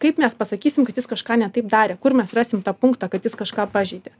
kaip mes pasakysim kad jis kažką ne taip darė kur mes rasim tą punktą kad jis kažką pažeidė